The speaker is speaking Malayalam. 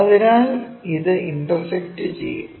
അതിനാൽ ഇത് ഇന്റർസെക്ക്ട് ചെയ്യും